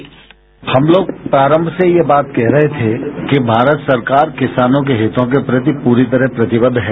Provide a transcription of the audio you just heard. bite हम लोग प्रारंभ से ही यह बात कह रहे थे कि भारत सरकार किसानों के हितों के प्रति पूरी तरह प्रतिबद्ध है